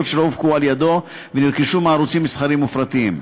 שלא הופקו על-ידו ונרכשו מערוצים מסחריים ופרטיים.